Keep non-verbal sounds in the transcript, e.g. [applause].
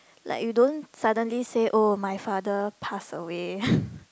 like you don't suddenly say oh my father pass away [breath]